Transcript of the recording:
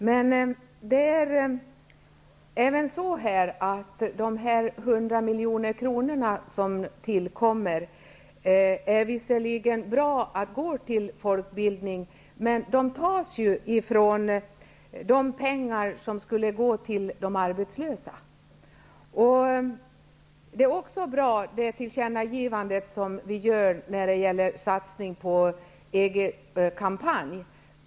Visserligen är även de 100 miljoner som tillkommer till folkbildningen bra, men de tas av de pengar som skulle gå till de arbetslösa. Det tillkännagivande vi gör om en satsning på en EG-kampanj är också bra.